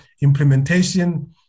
implementation